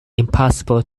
impossible